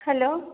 hello